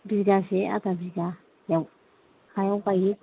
बिगासे आदा बिगा बिगा हायाव गायो